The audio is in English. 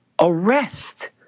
Arrest